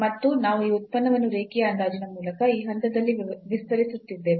ಮತ್ತು ನಾವು ಈ ಉತ್ಪನ್ನವನ್ನು ರೇಖೀಯ ಅಂದಾಜಿನ ಮೂಲಕ ಈ ಹಂತದಲ್ಲಿ ವಿಸ್ತರಿಸುತ್ತಿದ್ದೇವೆ